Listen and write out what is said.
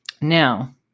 Now